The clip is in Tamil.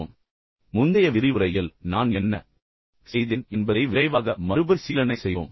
நான் தொடங்குவதற்கு முன் முந்தைய விரிவுரையில் நான் என்ன செய்தேன் என்பதை விரைவாக மறுபரிசீலனை செய்வோம்